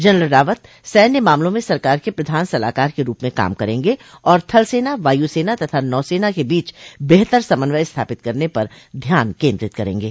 general Rawat सैन्य मामलों में सरकार के प्रधान सलाहकार के रूप में काम करेंगे और थलसेना वायुसेना तथा नौसेना के बीच बेहतर समन्वय स्थापित करने पर ध्यान केन्द्रित करेंगे